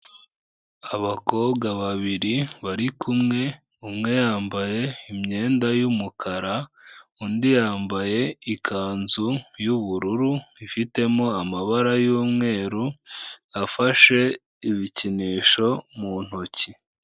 Abakobwa babiri bari kumwe, umwe yambaye imyenda y'umukara, undi yambaye ikanzu y'ubururu ifitemo amabara y'umweru, afashe ibikinisho mu ntoki.